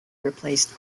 replaced